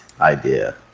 idea